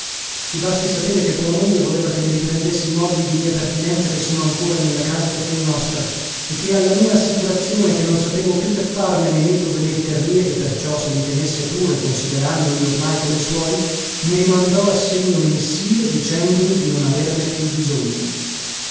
ti basti sapere che tua moglie voleva che mi riprendessi i mobili di mia pertinenza che sono ancora nella casa che fu nostra e che alla mia assicurazione che non sapevo più che farmene né dove metterli e che perciò se li tenesse pure considerandoli ormai come suoi mi rimandò l'assegno mensile dicendomi di non averne più bisogno